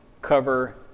cover